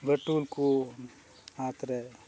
ᱵᱟᱹᱴᱩᱞ ᱠᱚ ᱦᱟᱛ ᱨᱮ